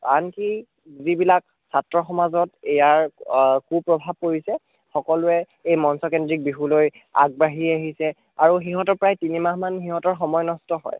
আনকি যিবিলাক ছাত্ৰ সমাজত ইয়াৰ কু প্ৰভাৱ পৰিছে সকলোৱে এই মঞ্চকেন্দ্ৰিক বিহুলৈ আগবাঢ়ি আহিছে আৰু সিহঁতে প্ৰায় তিনি মাহমান সিহঁতৰ সময় নষ্ট হয়